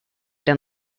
down